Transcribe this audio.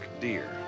deer